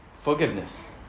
Forgiveness